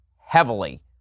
heavily